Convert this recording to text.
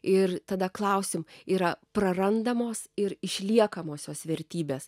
ir tada klausiu yra prarandamos ir išliekamosios vertybės